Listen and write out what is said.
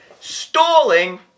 Stalling